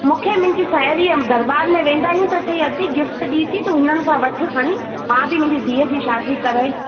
मूंखे मुंहिंजी साहेड़ीअ दरॿारि में वेंदा आहियूं त चयईं अदी गिफ़्ट ॾेई थी त उन्हनि खां वठ खणी मां बि मुंहिंजी धीअ जी शादी कराई